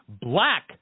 black